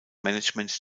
management